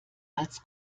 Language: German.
als